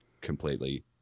completely